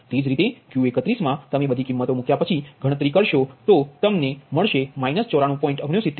તે જ રીતે Q31મા તમે બધી કિમ્મતો મૂક્યા પછી ગણતરી કરશો તો તમને મળશે 94